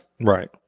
Right